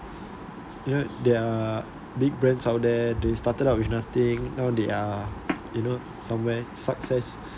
you know there are big brands out there they started out with nothing now they are you know somewhere success